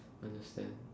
understand